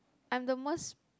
I'm the most